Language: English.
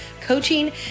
coaching